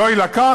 לא יילקח,